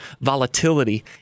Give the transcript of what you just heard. volatility